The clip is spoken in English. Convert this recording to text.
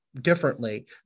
differently